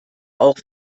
auch